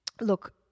Look